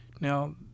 Now